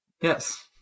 Yes